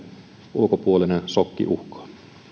ulkopuolinen sokki uhkaa